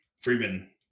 Freeman